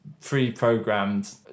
pre-programmed